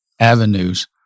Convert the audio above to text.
avenues